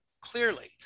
clearly